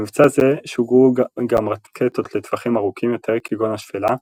במבצע זה שוגרו גם רקטות לטווחים ארוכים יותר כגון השפלה,